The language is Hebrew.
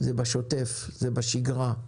זה בשוטף, זה בשגרה,